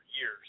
years